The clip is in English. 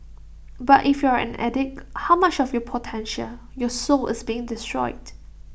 but if you're an addict how much of your potential your soul is being destroyed